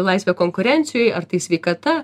laisvė konkurencijoj ar tai sveikata